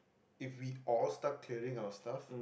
if we all start clearing our stuff